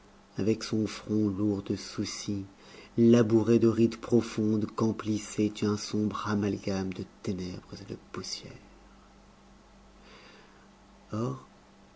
avec son front lourd de soucis labouré de rides profondes qu'emplissait un sombre amalgame de ténèbres et de poussière or